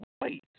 wait